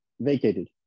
vacated